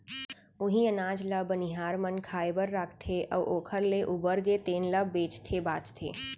उहीं अनाज ल बनिहार मन खाए बर राखथे अउ ओखर ले उबरगे तेन ल बेचथे भांजथे